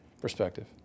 perspective